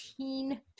18